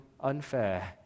unfair